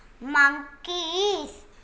Monkeys